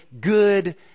good